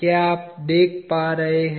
क्या आप देख पा रहे हैं